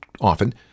often